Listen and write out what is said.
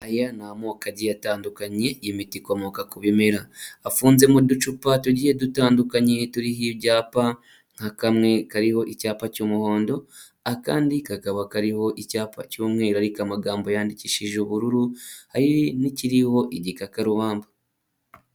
Aya ni amoko agiye atandukanye y'imiti ikomoka ku bimera, afunze mu ducupa tugiye dutandukanye, turiho ibyapa, nka kamwe kariho icyapa cy'umuhondo, akandi kakaba kariho icyapa cy'umweru ariko amagambo yandikishije ubururu, hari n'ikiriho igikakarubamba